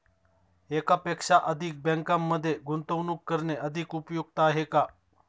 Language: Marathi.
एकापेक्षा अधिक बँकांमध्ये गुंतवणूक करणे अधिक उपयुक्त आहे का?